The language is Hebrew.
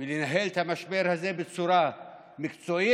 ולנהל את המשבר הזה בצורה מקצועית,